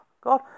God